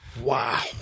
Wow